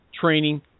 training